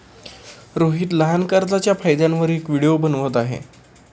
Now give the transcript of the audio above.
रोहित लहान कर्जच्या फायद्यांवर एक व्हिडिओ बनवत आहे